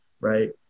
right